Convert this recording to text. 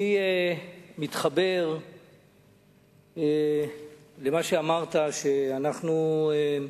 אני מתחבר למה שאמרת, ואנחנו